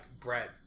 bread